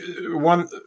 one